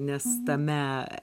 nes tame